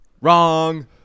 Wrong